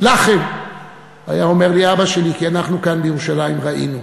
היה אומר לי אבא שלי: כי אנחנו כאן בירושלים ראינו.